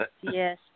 Yes